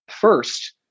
First